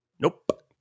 Nope